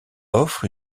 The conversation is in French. offre